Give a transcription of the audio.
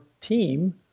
team